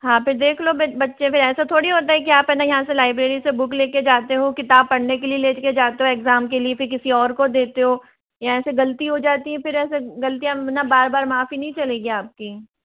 हाँ फिर देख लो बच्चे फिर ऐसा थोड़ी होता है कि आप है ना यहाँ से लाइब्रेरी से बुक लेके जाते हो किताब पढ़ने के लिए लेके जाते हो एग्ज़ाम के लिए फिर किसी और को देते हो यहाँ ऐसे गलती हो जाती है फिर ऐसे गलतियाँ ना बार बार माफ़ी नहीं चलेगी आपकी